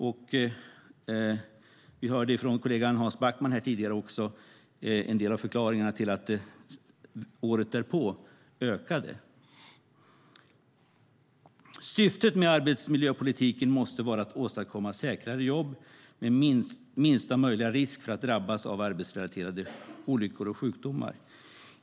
Vi hörde tidigare från kollegan Hans Backman en del av förklaringarna till att nivån ökade året därpå. Syftet med arbetsmiljöpolitiken måste vara att åstadkomma säkrare jobb med minsta möjliga risk för att drabbas av arbetsrelaterade olyckor och sjukdomar.